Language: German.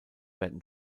werden